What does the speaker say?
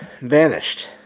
vanished